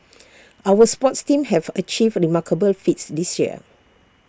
our sports teams have achieved remarkable feats this year